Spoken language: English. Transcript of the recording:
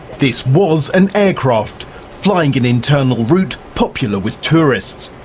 this was an aircraft flying an internal route popular with tourists.